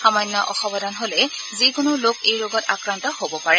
সামান্য অসাবধান হ'লেই যিকোনো লোক এই ৰোগত আক্ৰান্ত হ'ব পাৰে